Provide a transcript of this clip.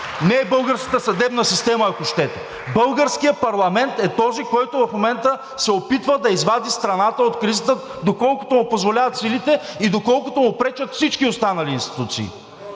не е българската съдебна система, ако щете. Българският парламент е този, който в момента се опитва да извади страната от кризата, доколкото му позволяват силите и доколкото му пречат всички останали институции.